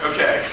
Okay